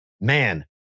man